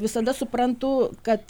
visada suprantu kad